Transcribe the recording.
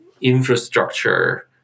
infrastructure